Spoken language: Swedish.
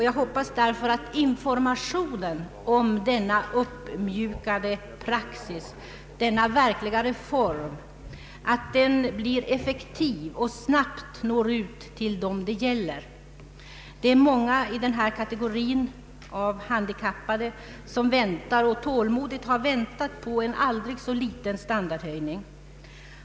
Jag hoppas därför att informationen om denna uppmjukade praxis — denna verkliga reform — blir effektiv och snabbt når ut till dem det gäller. Det är många i denna kategori av handikappade som väntar och tålmodigt har väntat på en aldrig så liten standardhöjning.